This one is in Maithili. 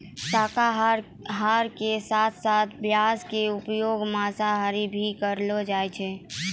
शाकाहार के साथं साथं प्याज के उपयोग मांसाहार मॅ भी करलो जाय छै